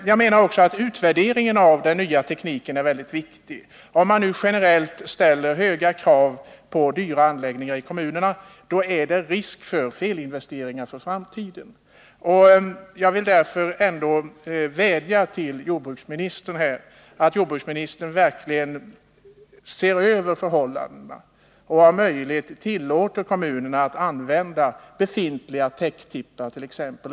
Jag menar också att utvärderingen av den nya tekniken är väldigt viktig. Om man generellt ställer höga krav på dyra anläggningar i kommunerna, är det risk för felinvesteringar för framtiden. Jag vill därför vädja till jordbruksministern att han verkligen ser över förhållandena och om möjligt tillåter kommunerna att använda befintliga täcktippar t.ex.